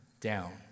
down